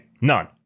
None